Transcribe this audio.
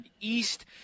east